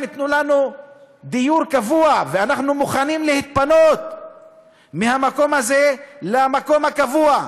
תנו לנו דיור קבוע ואנחנו מוכנים להתפנות מהמקום הזה למקום הקבוע,